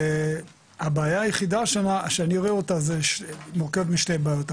והבעיה היחידה שאני רואה אותה מורכבת משתי בעיות,